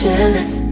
Jealous